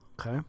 Okay